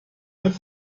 mit